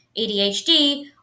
ADHD